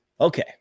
Okay